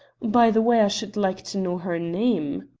by the way, i should like to know her name.